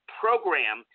program